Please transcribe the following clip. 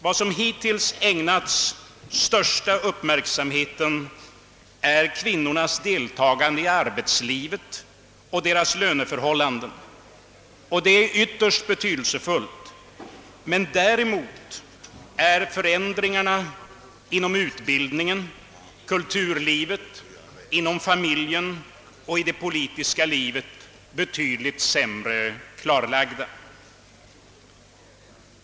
Vad som hittills har ägnats den största uppmärksamheten är kvinnornas deltagande i arbetslivet och deras löneförhållanden — vilket är ytterst betydelsefullt — men däremot är förändringarna inom utbildningen, i kulturlivet, inom familjen och i det politiska livet betydligt sämre klarlagda.